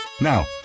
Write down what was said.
Now